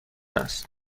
است